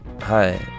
hi